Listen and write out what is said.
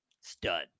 stud